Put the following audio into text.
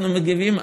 אנחנו מגיבים,